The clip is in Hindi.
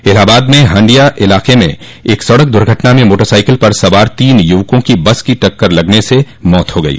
इलाहाबाद में हंडिया इलाके में एक सड़क दुर्घटना में मोटरसाइकिल पर सवार तीन युवकों की बस की टक्कर के दौरान हुए हादसे में मौत हो गयी